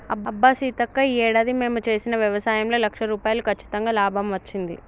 అబ్బా సీతక్క ఈ ఏడాది మేము చేసిన వ్యవసాయంలో లక్ష రూపాయలు కచ్చితంగా లాభం వచ్చింది